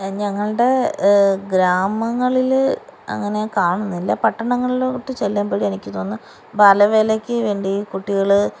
ഞങ്ങളുടെ ഗ്രാമങ്ങളിൽ അങ്ങനെ കാണുന്നില്ല പട്ടണങ്ങൾലോട്ട് ചെല്ലുമ്പൊഴെനിക്ക് തോന്നി ബാലവേലക്ക് വേണ്ടി കുട്ടികൾ